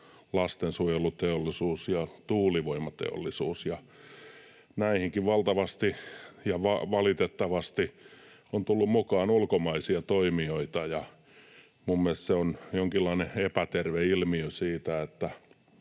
lastensuojeluteollisuus ja tuulivoimateollisuus, ja näihinkin valtavasti ja valitettavasti on tullut mukaan ulkomaisia toimijoita. Ja minun mielestäni se on jonkinlainen epäterve ilmiö, että